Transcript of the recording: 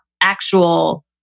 actual